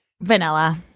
vanilla